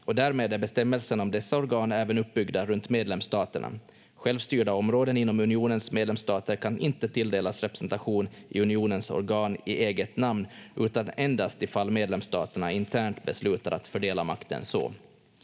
därmed är bestämmelserna om dessa organ även uppbyggda runt medlemsstaterna. Självstyrda områden inom unionens medlemsstater kan inte tilldelas representation i unionens organ i eget namn, utan endast ifall medlemsstaterna internt besluter att fördela makten så.